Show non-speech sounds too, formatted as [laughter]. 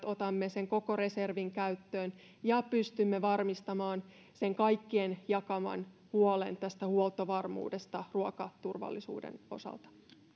[unintelligible] otamme sen koko reservin käyttöön ja pystymme varmistamaan vastaamisen kaikkien jakamaan huoleen huoltovarmuudesta ruokaturvallisuuden osalta